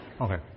Okay